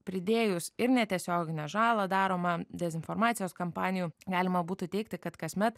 pridėjus ir netiesioginę žalą daromą dezinformacijos kampanijų galima būtų teigti kad kasmet